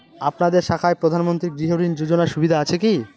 আপনাদের শাখায় প্রধানমন্ত্রী গৃহ ঋণ যোজনার সুবিধা আছে কি?